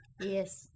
Yes